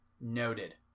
Noted